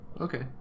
Okay